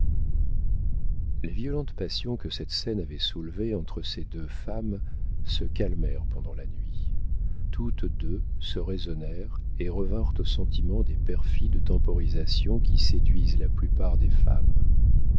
les violentes passions que cette scène avait soulevées entre ces deux femmes se calmèrent pendant la nuit toutes deux se raisonnèrent et revinrent au sentiment des perfides temporisations qui séduisent la plupart des femmes